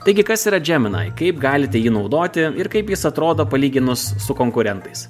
taigi kas yra džeminai kaip galite jį naudoti ir kaip jis atrodo palyginus su konkurentais